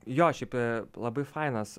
jo šiaip labai fainas